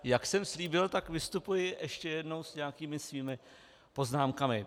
Jak jsem slíbil, tak vystupuji ještě jednou s nějakými svými poznámkami.